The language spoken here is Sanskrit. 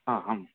हा आम्